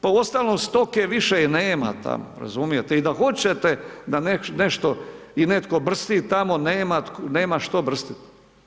Pa uostalom stoke više nema tamo razumijete i da hoćete da nešto i netko brsti tamo, nema što brstit.